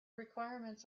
requirements